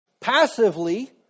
Passively